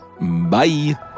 Bye